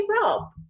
Rob